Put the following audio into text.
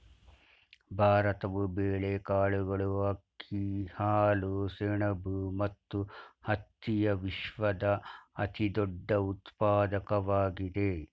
ಭಾರತವು ಬೇಳೆಕಾಳುಗಳು, ಅಕ್ಕಿ, ಹಾಲು, ಸೆಣಬು ಮತ್ತು ಹತ್ತಿಯ ವಿಶ್ವದ ಅತಿದೊಡ್ಡ ಉತ್ಪಾದಕವಾಗಿದೆ